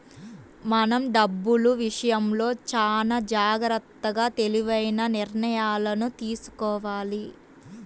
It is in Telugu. మనం డబ్బులు విషయంలో చానా జాగర్తగా తెలివైన నిర్ణయాలను తీసుకోవాలి